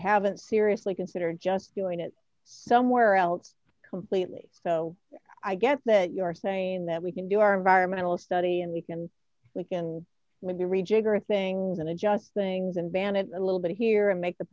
haven't seriously considered just doing it so where else completely so i get that you are saying that we can do our environmental study and we can we can with the rejiggering things and adjust things and ban it a little bit here and make the